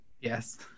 Yes